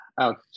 out